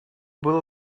было